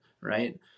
right